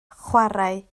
chwarae